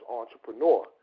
entrepreneur